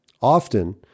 often